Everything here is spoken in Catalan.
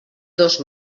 dos